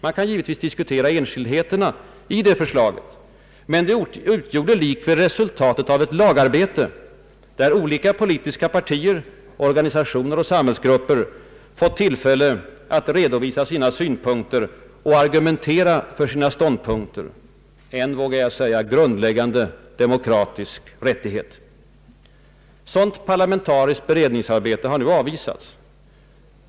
Man kan givetvis diskutera enskildheterna däri, men förslaget utgjorde likväl resultatet av ett lagarbete där olika politiska partier, organisationer och samhällsgrupper fått tillfälle att redovisa sina synpunkter och argumentera för sina ståndpunkter — en, vågar jag säga, grundläggande demokratisk rättighet. Sådant parlamentariskt beredningsarbete har nu avvisats.